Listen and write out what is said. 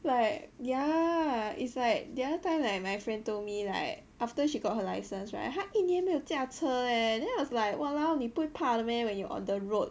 like ya it's like the other time like my friend told me like after she got her license right 她一年没有驾车 leh then I was like !walao! 你不会怕的 meh when you're on the road